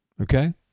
Okay